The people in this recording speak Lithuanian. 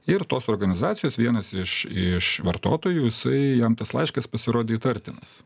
ir tos organizacijos vienas iš iš vartotojų jisai jam tas laiškas pasirodė įtartinas